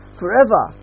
forever